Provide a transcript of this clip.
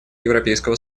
европейского